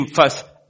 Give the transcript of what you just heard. first